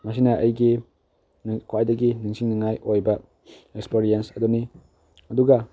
ꯃꯁꯤꯅ ꯑꯩꯒꯤ ꯈ꯭ꯋꯥꯏꯗꯒꯤ ꯅꯤꯡꯁꯤꯡꯅꯤꯉꯥꯏ ꯑꯣꯏꯕ ꯑꯦꯛꯁꯄꯔꯤꯌꯦꯟꯁ ꯑꯗꯨꯅꯤ ꯑꯗꯨꯒ